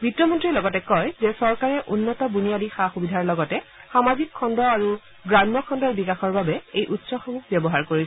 বিত্তমন্ত্ৰীয়ে লগতে কয় যে চৰকাৰে উন্নত বুনিয়াদী সা সূবিধাৰ লগতে সামাজিক খণ্ড আৰু গ্ৰাম্য খণ্ডৰ বিকাশৰ বাবে এই উৎসসমূহ ব্যৱহাৰ কৰিছে